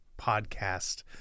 podcast